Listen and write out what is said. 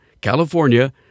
California